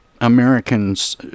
Americans